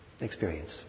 experience